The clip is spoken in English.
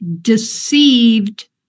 deceived